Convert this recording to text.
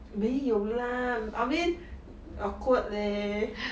没有 lah I mean awkward leh